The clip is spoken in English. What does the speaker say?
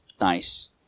nice